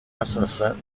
assassin